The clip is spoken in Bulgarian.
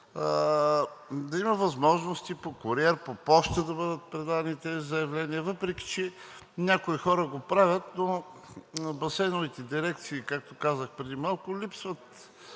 да има възможност и по куриер, по поща да бъдат предадени тези заявления. Въпреки че някои хора го правят, но басейновите дирекции, както казах преди малко, липсват